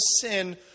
sin